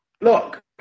Look